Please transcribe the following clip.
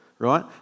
Right